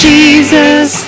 Jesus